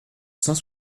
cent